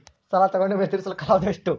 ಸಾಲ ತಗೊಂಡು ಮೇಲೆ ತೇರಿಸಲು ಕಾಲಾವಧಿ ಎಷ್ಟು?